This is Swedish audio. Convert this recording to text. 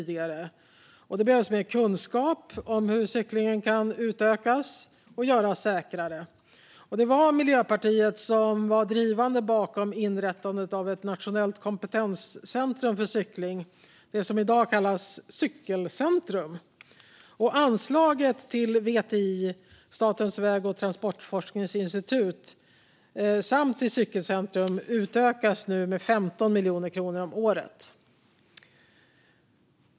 Det behövs mer kunskap om hur cykling kan utökas och göras säkrare. Därför var Miljöpartiet drivande bakom inrättandet av ett nationellt kompetenscentrum för cykling, det som i dag kallas Cykelcentrum. Anslaget till VTI, Statens väg och transportforskningsinstitut, och Cykelcentrum utökas nu med 15 miljoner kronor om året.